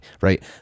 right